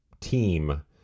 team